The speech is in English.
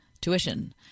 tuition